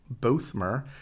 Bothmer